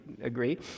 agree